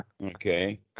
Okay